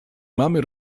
mamy